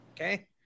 Okay